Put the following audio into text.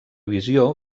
visió